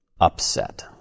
upset